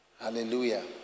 Hallelujah